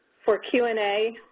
for q and a,